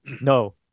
No